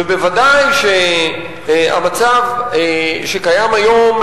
ובוודאי שהמצב שקיים היום,